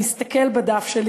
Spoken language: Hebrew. אני אסתכל בדף שלי,